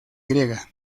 griega